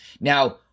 Now